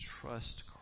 trust